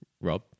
Rob